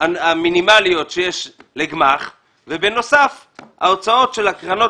המינימליות שיש לגמ"ח ובנוסף ההוצאות של הקרנות